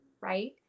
Right